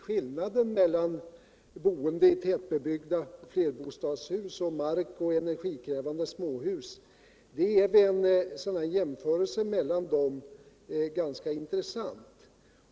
Skillnaden mellan boende i flerfamiljshus och mark och energikrävande småhus är vid en jämförelse ganska intressant.